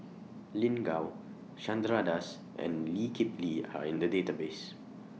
Lin Gao Chandra Das and Lee Kip Lee Are in The Database